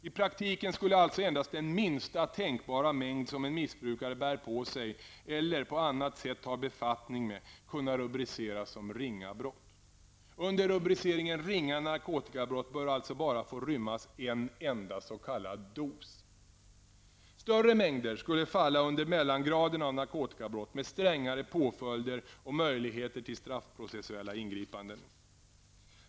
I praktiken skulle alltså endast den minsta tänkbara mängd som en missbrukare bär på sig eller på annat sätt har befattning med kunna rubriceras som ringa brott. Under rubriceringen ringa narkotikabrott bör alltså bara få rymmas en enda s.k. dos. Större mängder skulle falla under mellangraden av narkotikabrott med strängare påföljder och möjligheter till straffprocessuella ingripanden.